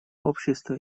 общество